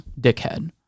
dickhead